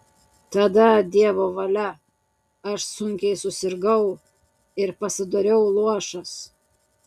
tada dievo valia aš sunkiai susirgau ir pasidariau luošas